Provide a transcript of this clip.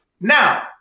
Now